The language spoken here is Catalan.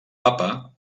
papa